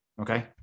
Okay